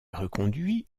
reconduit